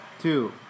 Two